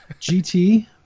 GT